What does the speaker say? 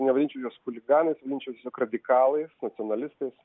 nevadinčiau juos chuliganais vadinčiau tiesiog radikalais nacionalistais